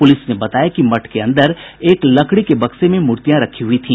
police ने बताया कि मठ के अंदर एक लकड़ी के बक्से में मूर्तियां रखी हुई थी